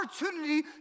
opportunity